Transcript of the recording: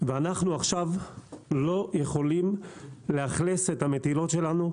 ואנחנו עכשיו לא יכולים לאכלס את המטילות שלנו.